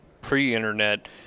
pre-internet